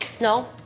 No